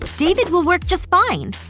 david will work just fine!